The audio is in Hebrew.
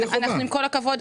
עם כל הכבוד,